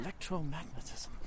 electromagnetism